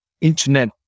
internet